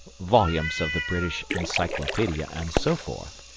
volumes of the british encyclopedia and so forth,